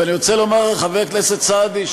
אני רוצה לומר לחבר הכנסת סעדי,